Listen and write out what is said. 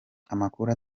amakuru